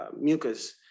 mucus